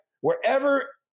wherever